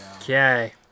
okay